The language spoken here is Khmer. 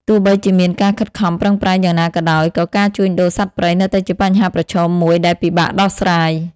ទោះបីជាមានការខិតខំប្រឹងប្រែងយ៉ាងណាក៏ដោយ ក៏ការជួញដូរសត្វព្រៃនៅតែជាបញ្ហាប្រឈមមួយដែលពិបាកដោះស្រាយ។